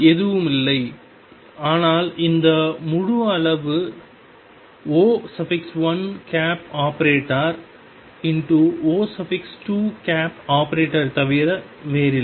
எதுவுமில்லை ஆனால் இந்த முழு அளவு ⟨O1⟩⟨O2⟩ ஐத் தவிர வேறில்லை